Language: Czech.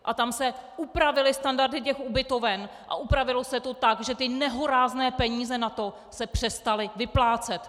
A tam se upravily standardy ubytoven a upravilo se to tak, že ty nehorázné peníze na to se přestaly vyplácet.